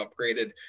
upgraded